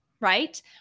right